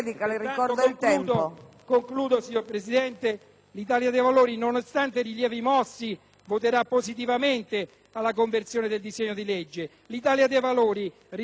ruolo di cooperazione. L'Italia dei Valori, nonostante i rilievi mossi, voterà positivamente alla conversione del decreto-legge. L'Italia dei Valori ritiene infatti che la pace